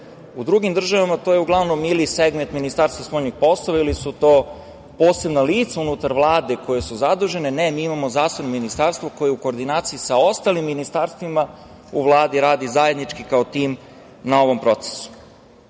U drugim državama je to segment Ministarstva spoljnih poslova ili su to posebna lica unutar Vlade. Ne, mi imamo zasebno ministarstvo koje u koordinaciji sa ostalim ministarstvima u Vladi radi zajednički kao tim na ovom procesu. Naravno,